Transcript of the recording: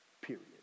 period